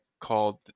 called